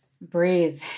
Breathe